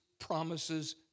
promises